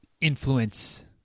influence